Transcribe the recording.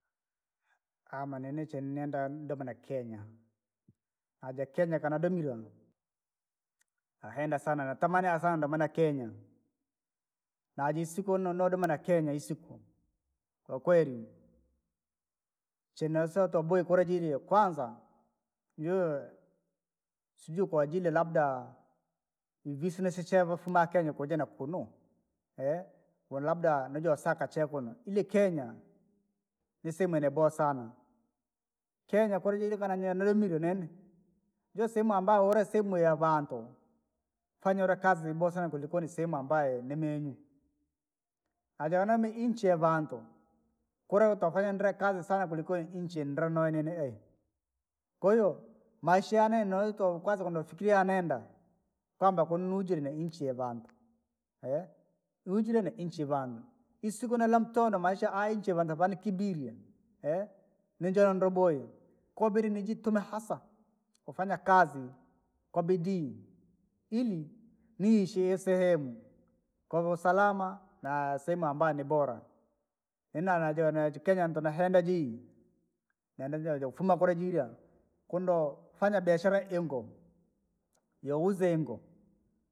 Ama nini chini nenda nudome na kenya, na jaa kenya kana nadomile, nahenda sana natamani ndomana kenya, naji isiku no- nodoma kenya isiku kwakweli chenasa utoboe kura jeerya kwanza, juu, sijui kwa ajili labla, viisu ni sache vaafuma kenya vakuja na kunu. volabla nijoosaka chee kunuu, ile kenya, ni sehemu yabowa saana. Kenya kura jiria na noobadomine nene, josehemu ambayo ujue sehemu yavaantu, fanya uni kaki vyaboowa saana kulikoni sehemu sehemu amabayo ni meeriyu, na jaa udomi inchi yavaantu, kura toofanya ndri kazi sana kulikoni nchi ye nini nooyo ihii. Kwahiyo maisha yaanene noito kwanza lentofikiriyaa neende, kwamba kunuununjire na nchi yavaantu. noojire na inchi yavanantu, isiku ne lamutende maisha aya nchi vanikibiriye, ninjoole ndoboiya, koo bidii niitumie hasa, hufanya kazi, kwa bidi, ili, niishi sehemu, kwa usalama, na sehemu ambayo ni boara. Ina na jira naji kenya ndo nahenda jei, neenda joofuma kura jeinya, kundo, fanya biashara ya ingo, youza ingo.